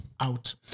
out